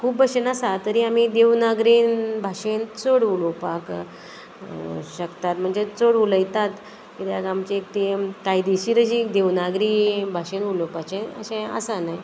खूब भशेन आसा तरी आमी देवनागरीन भाशेन चड उलोवपाक शकतात म्हणजे चड उलयतात किद्याक आमची एक ती कायदेशीर अशी देवनागरी भाशेन उलोवपाचें अशें आसा न्हय